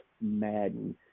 Madden